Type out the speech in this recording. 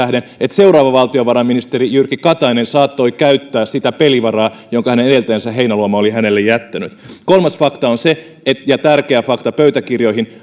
sen tähden että seuraava valtiovarainministeri jyrki katainen saattoi käyttää sitä pelivaraa jonka hänen edeltäjänsä heinäluoma oli hänelle jättänyt kolmas fakta ja tärkeä fakta pöytäkirjoihin